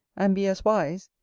and be as wise,